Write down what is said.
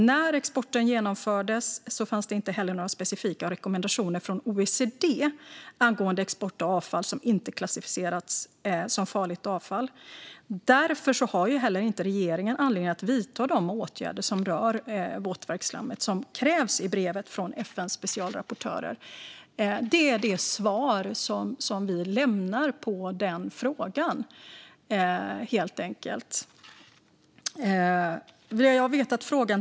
När exporten genomfördes fanns inte heller några specifika rekommendationer från OECD angående export av avfall som inte klassificerats som farligt avfall. Därför har regeringen ingen anledning att vidta de åtgärder som rör våtverksslammet som krävs i brevet från FN:s specialrapportörer. Det är det svar vi har lämnat på denna fråga.